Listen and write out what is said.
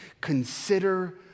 consider